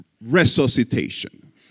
resuscitation